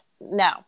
No